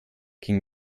ging